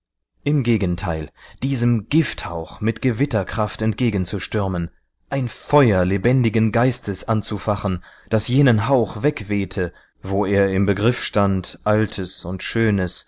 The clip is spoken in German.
im gegenteil diesem gifthauch mit gewitterkraft entgegenzustürmen ein feuer lebendigen geistes anzufachen das jenen hauch wegwehte wo er im begriff stand altes und schönes